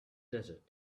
desert